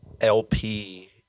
LP